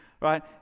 Right